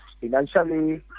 financially